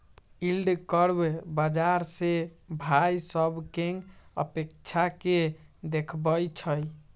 yield curve बाजार से भाइ सभकें अपेक्षा के देखबइ छइ